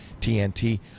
TNT